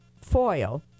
foil